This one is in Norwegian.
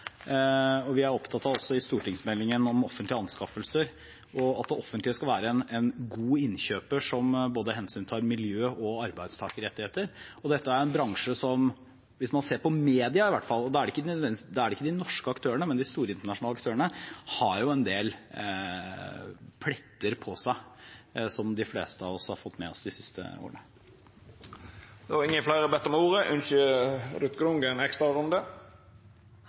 og vi er i stortingsmeldingen om offentlige anskaffelser også opptatt av at det offentlige skal være en god innkjøper som både hensyntar miljø og arbeidstakerrettigheter. Dette er en bransje som – hvis man ser på media i hvert fall, og da gjelder det ikke nødvendigvis de norske aktørene, men de store internasjonale aktørene – har en del pletter på seg, som de fleste av oss har fått med seg de siste årene.